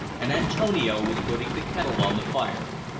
and antonio was putting the kettle on the fire.